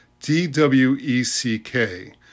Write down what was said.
DWECK